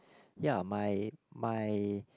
ya my my